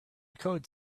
code